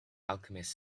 alchemist